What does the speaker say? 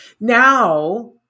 Now